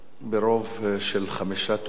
ברוב של חמישה תומכים,